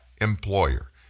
employer